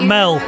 Mel